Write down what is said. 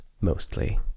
mostly